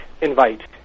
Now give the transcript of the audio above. invite